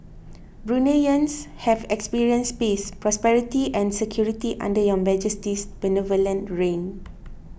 Bruneians have experienced peace prosperity and security under Your Majesty's benevolent reign